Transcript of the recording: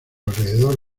alrededor